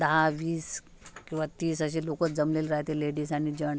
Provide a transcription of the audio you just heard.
दहा वीस किंवा तीस असे लोक जमलेले राहते लेडीज आणि जन्ट्स